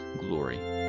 glory